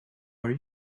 are